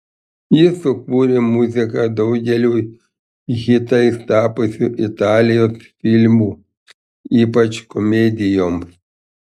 jis sukūrė muziką daugeliui hitais tapusių italijos filmų ypač komedijoms